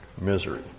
misery